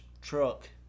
truck